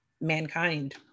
mankind